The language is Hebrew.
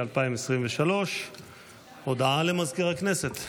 2023. הודעה למזכיר הכנסת.